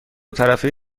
طرفه